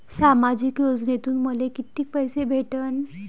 सामाजिक योजनेतून मले कितीक पैसे भेटन?